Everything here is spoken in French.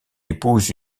épouse